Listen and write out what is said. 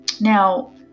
now